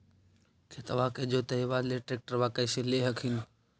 खेतबा के जोतयबा ले ट्रैक्टरबा कैसे ले हखिन?